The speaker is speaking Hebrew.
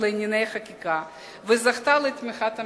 לענייני חקיקה וזכתה לתמיכת הממשלה,